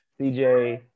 CJ